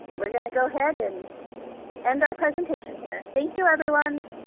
we're going to go ahead and end our presentation here. thank you everyone.